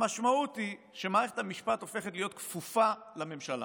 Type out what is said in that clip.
המשמעות היא שמערכת המשפט הופכת להיות כפופה לממשלה.